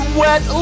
wet